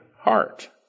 heart